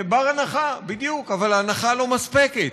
בר-הנחה, בדיוק, אבל הנחה לא מספקת.